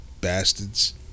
bastards